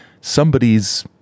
Somebody's